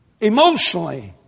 Emotionally